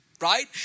Right